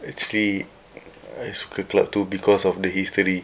actually I suka club too because of the history